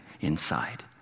inside